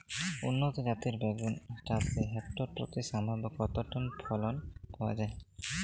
উন্নত জাতের বেগুন চাষে হেক্টর প্রতি সম্ভাব্য কত টন ফলন পাওয়া যায়?